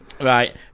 Right